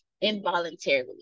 involuntarily